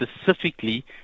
specifically